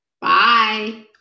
Bye